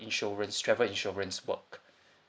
insurance travel insurance work